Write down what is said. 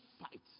fight